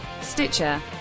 Stitcher